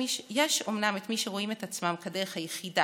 יש אומנם את מי שרואים את עצמם כדרך היחידה,